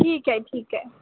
ठीक आहे ठीक आहे